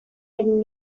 egin